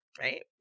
right